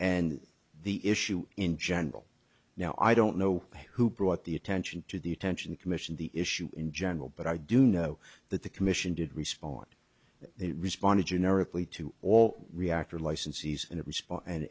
and the issue in general now i don't know who brought the attention to the attention commission the issue in general but i do know that the commission did respond that they responded generically to all reactor licensees and